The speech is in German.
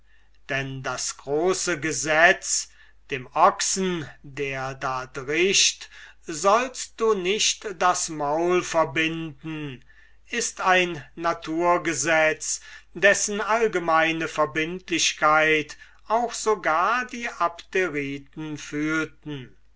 denn das große gesetz dem ochsen der da drischt sollst du nicht das maul verbinden ist ein naturgesetz dessen allgemeine verbindlichkeit auch sogar die abderiten fühlten